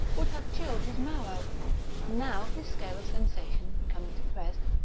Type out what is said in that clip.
would have chilled his marrow now, his scale of sensation becoming depressed,